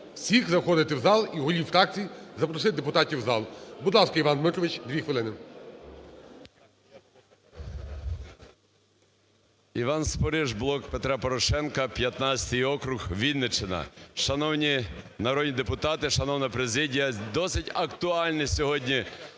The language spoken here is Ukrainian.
всіх заходити в зал і голів фракцій, запросити депутатів в зал. Будь ласка, Іван Дмитрович, дві хвилини. 11:16:24 СПОРИШ І.Д. Іван Спориш, "Блок Петра Порошенка" 15 округ Вінниччина. Шановні народні депутати, шановна президія, досить актуально сьогодні